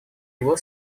его